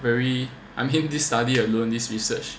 very I mean this study alone this research